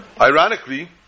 Ironically